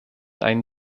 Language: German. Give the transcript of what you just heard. einen